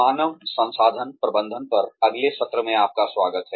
मानव संसाधन प्रबंधन पर अगले सत्र में आपका स्वागत है